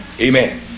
Amen